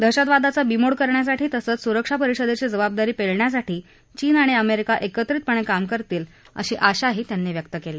दहशतवादांचा बीमोड करण्यासाठी तसचं सुरक्षापरिषदेची जबाबदारी पेलण्यासाठी चीन आणि अमेरिका एकत्रितपणे काम करतील अशी आशाही त्यांनी व्यक्त केली